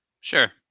Sure